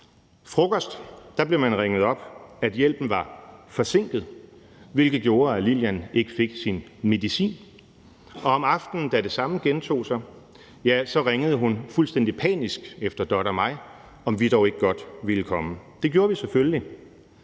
frokost blev man ringet op om, at hjælpen var forsinket, hvilket gjorde, at Lillian ikke fik sin medicin, og om aftenen, da det samme gentog sig, ringede hun fuldstændig panisk efter Dot og mig, om vi dog ikke godt ville komme. Det gjorde vi selvfølgelig,